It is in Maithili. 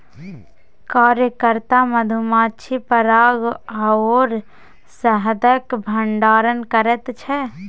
कार्यकर्ता मधुमाछी पराग आओर शहदक भंडारण करैत छै